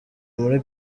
muri